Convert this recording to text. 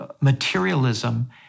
materialism